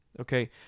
Okay